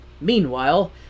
Meanwhile